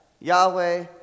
Yahweh